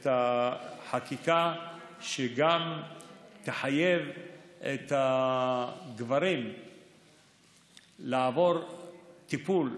את החקיקה שגם תחייב את הגברים לעבור טיפול,